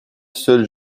seul